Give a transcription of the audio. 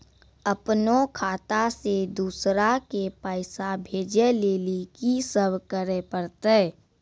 अपनो खाता से दूसरा के पैसा भेजै लेली की सब करे परतै?